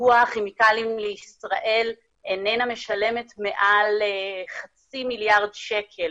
מדוע כימיקלים לישראל אינה משלמת מעל חצי מיליארד שקל